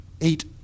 eight